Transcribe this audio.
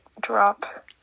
drop